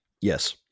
Yes